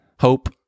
hope